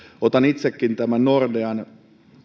otan itsekin tämän nordean